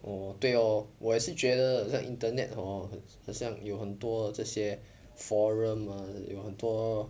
oh 对 lor 我也是觉得好像 internet hor 好像有很多这些 forum ah 有很多